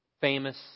Famous